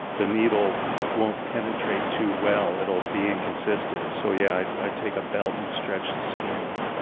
the needle won't penetrate too well. it'll be inconsistent, so, yeah, i take a belt and stretch the skin and